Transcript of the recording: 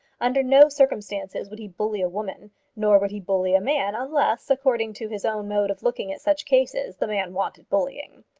under no circumstances would he bully a woman nor would he bully a man, unless, according to his own mode of looking at such cases, the man wanted bullying.